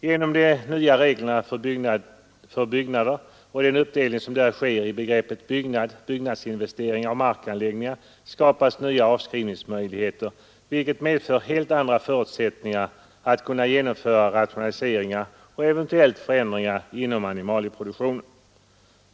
Genom de nya reglerna för byggnader och den uppdelning som där sker i begreppet byggnad, byggnadsinvesteringar och markanläggningar skapas nya avskrivningsmöjligheter, vilket medför helt andra förutsättningar att kunna genomföra rationaliseringar och eventuellt vidta förändringar inom animalieproduktionen.